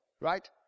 right